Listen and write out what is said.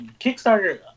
Kickstarter